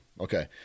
Okay